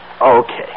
Okay